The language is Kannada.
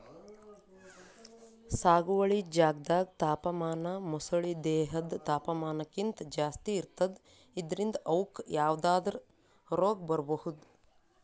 ಸಾಗುವಳಿ ಜಾಗ್ದಾಗ್ ತಾಪಮಾನ ಮೊಸಳಿ ದೇಹದ್ ತಾಪಮಾನಕ್ಕಿಂತ್ ಜಾಸ್ತಿ ಇರ್ತದ್ ಇದ್ರಿಂದ್ ಅವುಕ್ಕ್ ಯಾವದ್ರಾ ರೋಗ್ ಬರ್ಬಹುದ್